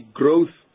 growth